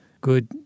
good